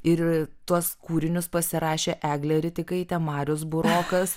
ir tuos kūrinius pasirašė eglė ridikaitė marius burokas